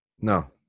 No